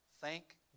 thank